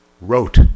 wrote